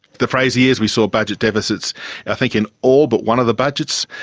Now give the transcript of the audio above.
the fraser years, we saw budget deficits i think in all but one of the budgets,